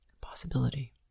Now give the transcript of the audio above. possibility